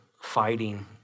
fighting